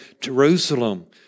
Jerusalem